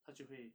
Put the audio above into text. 他就会